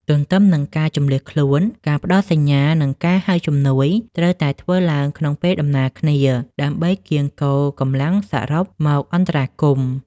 ទន្ទឹមនឹងការជម្លៀសខ្លួន ការផ្ដល់សញ្ញា និងការហៅជំនួយ ត្រូវតែធ្វើឡើងក្នុងពេលដំណាលគ្នា ដើម្បីកៀងគរកម្លាំងសរុបមកអន្តរាគមន៍។